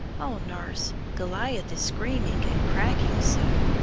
oh, nurse, goliath is screaming and cracking so!